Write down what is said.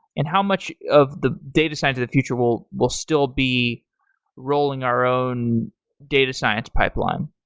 and how much of the data science of the future will will still be rolling our own data science pipeline?